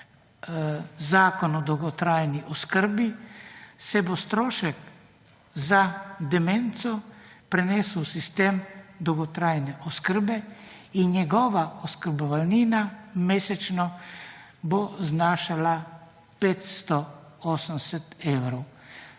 Zakon o dolgotrajni oskrbi se bo strošek za demenco prenesel v sistem dolgotrajne oskrbe in njegova oskrbnina mesečno bo znašala 580 evrov.